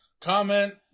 Comment